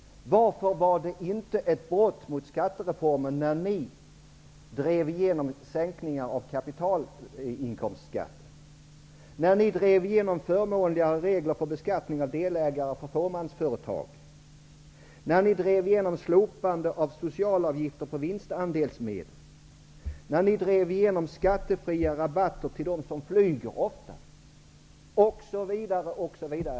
Varför var det inte ett brott mot skattereformen när ni drev igenom sänkningar av kapitalinkomstskatten? När ni drev igenom förmånliga regler för beskattning av delägare i fåmansföretag? När ni drev igenom slopande av socialavgifter på vinstandelsmedel? När ni drev igenom skattefria rabatter till dem som flyger ofta? osv. osv.